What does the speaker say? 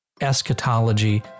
eschatology